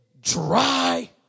dry